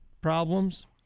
problems